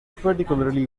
particularly